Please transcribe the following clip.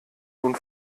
nun